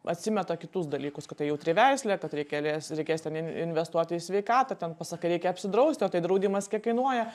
atsimeta kitus dalykus kad tai jautri veislė kad reikia lės reikės ten in investuoti į sveikatą ten pasakai reikia apsidrausti o tai draudimas kiek kainuoja